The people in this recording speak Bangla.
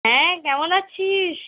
হ্যাঁ কেমন আছিস